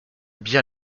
bien